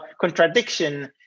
contradiction